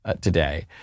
today